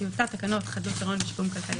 טיוטת תקנות חדלות פירעון ושיקום כלכלי